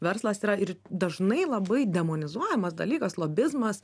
verslas yra ir dažnai labai demonizuojamas dalykas lobizmas